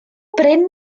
brin